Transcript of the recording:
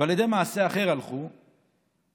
ועל ידי מעשה אחר הלכו הייסורין.